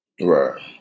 Right